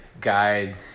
guide